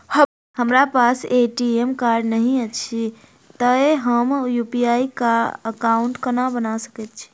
हमरा पास ATM card नहि अछि तए हम यु.पी.आई एकॉउन्ट कोना बना सकैत छी